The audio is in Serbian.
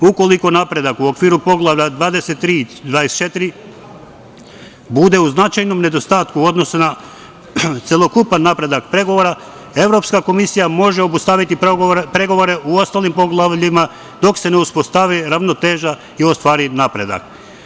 Ukoliko napredak u okviru Poglavlja 23 i 24 bude u značajnom nedostatku u odnosu na celokupan napredak pregovora, Evropska komisija može obustaviti pregovore u ostalim poglavljima dok se ne uspostavi ravnoteža i ostvari napredak.